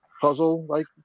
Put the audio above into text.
puzzle-like